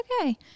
okay